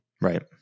Right